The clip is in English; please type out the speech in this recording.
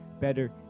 better